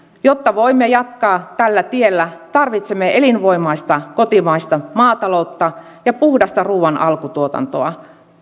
jotta voimme jatkaa tällä tiellä tarvitsemme elinvoimaista kotimaista maataloutta ja puhdasta ruuan alkutuotantoa